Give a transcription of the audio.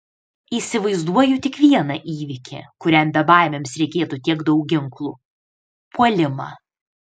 įsivaizduoju tik vieną įvykį kuriam bebaimiams reikėtų tiek daug ginklų puolimą